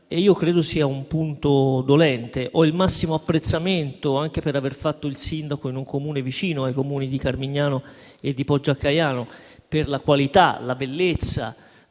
e credo sia un punto dolente. Ho il massimo apprezzamento, anche per aver fatto il sindaco in un Comune vicino, per i Comuni di Carmignano e di Poggio a Caiano, per la qualità e la bellezza